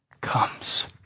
comes